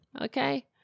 Okay